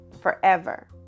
forever